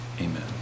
amen